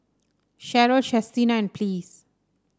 Cheryl Chestina and Ples